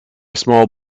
small